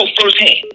firsthand